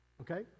Okay